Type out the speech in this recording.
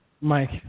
Mike